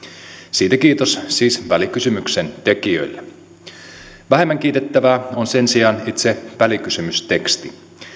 siitä kiitos siis välikysymyksen tekijöille vähemmän kiitettävää on sen sijaan itse välikysymysteksti